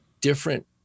different